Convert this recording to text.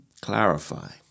clarify